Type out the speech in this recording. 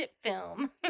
film